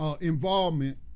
involvement